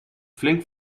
flink